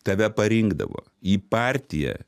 tave parinkdavo į partiją